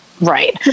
right